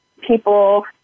People